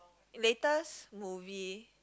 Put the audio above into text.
latest movie